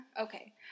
Okay